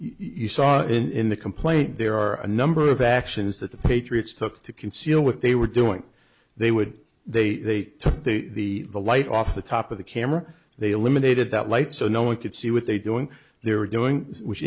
you saw in the complaint there are a number of actions that the patriots took to conceal what they were doing they would they took the the light off the top of the camera they eliminated that light so no one could see what they doing they were doing which